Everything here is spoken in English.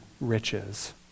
riches